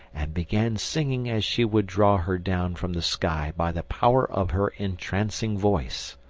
and began singing as she would draw her down from the sky by the power of her entrancing voice.